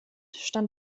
stand